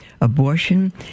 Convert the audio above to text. Abortion